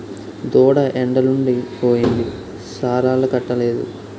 దూడ ఎండలుండి పోయింది సాలాలకట్టలేదు